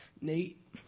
Nate